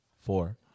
Four